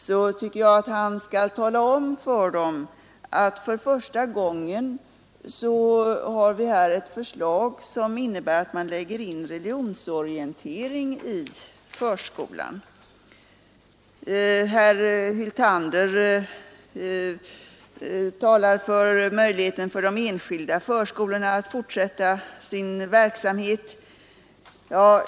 Jag tycker att han skall tala om för dem att vi för första gången lägger in religionsorientering i förskolan. Herr Hyltander talar för möjligheten för de enskilda förskolorna att fortsätta sin verksamhet.